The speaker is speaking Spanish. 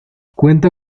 cuenta